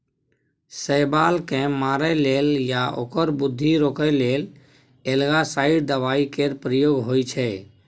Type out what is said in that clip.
शैबाल केँ मारय लेल या ओकर बृद्धि रोकय लेल एल्गासाइड दबाइ केर प्रयोग होइ छै